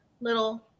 little